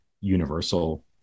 universal